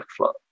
workflow